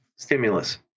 Stimulus